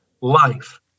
life